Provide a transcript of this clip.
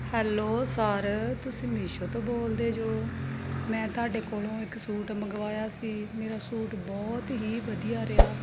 hello sir ਤੁਸੀਂ Meesho ਤੋਂ ਬੋਲਦੇ ਜੋ ਮੈਂ ਤੁਹਾਡੇ ਕੋਲੋਂ ਇੱਕ ਸੂਟ ਮੰਗਵਾਇਆ ਸੀ ਮੇਰਾ ਸੂਟ ਬਹੁਤ ਹੀ ਵਧੀਆ ਰਿਹਾ